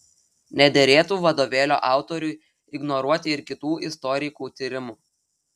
nederėtų vadovėlio autoriui ignoruoti ir kitų istorikų tyrimų